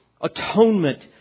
atonement